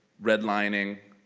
redlining,